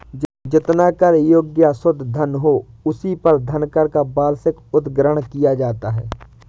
जितना कर योग्य या शुद्ध धन हो, उसी पर धनकर का वार्षिक उद्ग्रहण किया जाता है